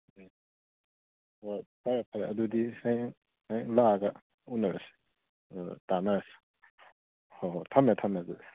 ꯎꯝ ꯍꯣꯏ ꯐꯔꯦ ꯐꯔꯦ ꯑꯗꯨꯗꯤ ꯍꯌꯦꯡ ꯍꯌꯦꯡ ꯂꯥꯛꯑꯒ ꯎꯅꯔꯁꯤ ꯑꯗꯨꯒ ꯇꯥꯅꯔꯁꯤ ꯍꯣ ꯍꯣꯏ ꯊꯝꯃꯦ ꯊꯝꯃꯦ ꯑꯗꯨꯗꯤ